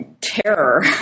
terror